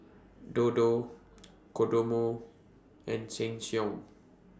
Dodo Kodomo and Sheng Siong